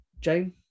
Jane